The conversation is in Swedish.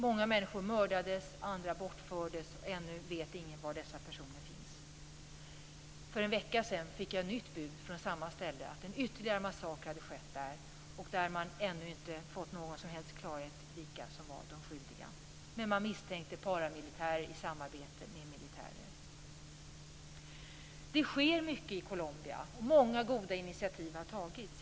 Många människor mördades och andra bortfördes, och ännu vet ingen var dessa personer finns. För en vecka sedan fick jag nytt bud från samma ställe att en ytterligare massaker hade skett där, och man hade ännu inte fått någon som helst klarhet i vilka som var de skyldiga, men man misstänkte paramilitärer i samarbete med militärer. Det sker mycket i Colombia, och många goda initiativ har tagits.